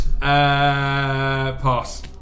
Pass